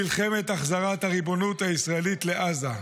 מלחמת החזרת הריבונות הישראלית לעזה.